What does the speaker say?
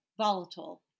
volatile